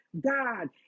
God